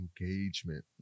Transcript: engagement